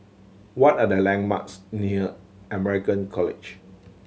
what are the landmarks near American College